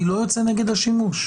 אני לא יוצא נגד השימוש.